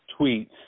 tweets